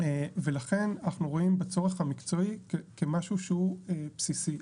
לכן אנחנו רואים בצורך המקצועי כמשהו שהוא בסיסי.